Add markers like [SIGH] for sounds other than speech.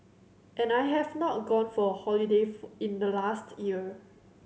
and I have not gone for a holiday [UNINTELLIGIBLE] in the last year